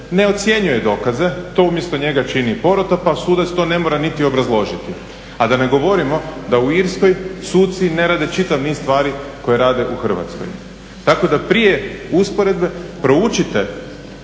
ne dokazuje dokaze, to umjesto njega čini porota pa sudac to ne mora niti obrazložiti. A da ne govorimo da u Irskoj suci ne rade čitav niz stvari koje rade u Hrvatskoj, tako da prije usporedbe proučite